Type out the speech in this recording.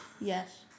Yes